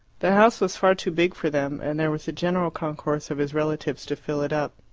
the house was far too big for them, and there was a general concourse of his relatives to fill it up.